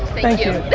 thank you